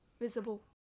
Visible